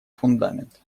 фундамент